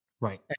Right